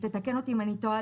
שתתקן אותי אם אני טועה,